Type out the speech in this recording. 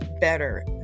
better